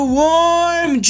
warm